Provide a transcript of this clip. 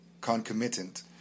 concomitant